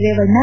Revanna